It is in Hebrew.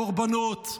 בקורבנות,